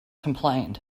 complained